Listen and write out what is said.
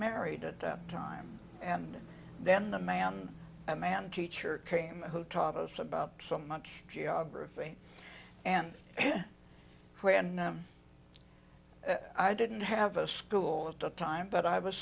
married at the time and then the man a man teacher came who taught us about some much geography and where i didn't have a school at the time but i was